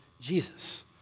Jesus